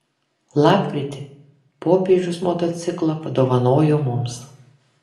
lapkritį popiežius motociklą padovanojo mums